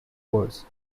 words